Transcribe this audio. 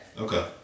Okay